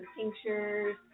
tinctures